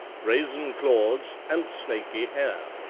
brazen claws, and snaky hair.